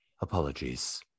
Apologies